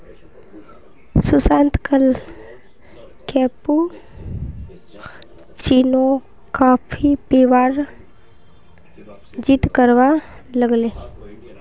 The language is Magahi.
सुशांत कल कैपुचिनो कॉफी पीबार जिद्द करवा लाग ले